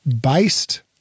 based